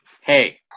Hey